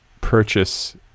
purchase